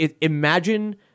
imagine